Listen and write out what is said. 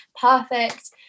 perfect